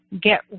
get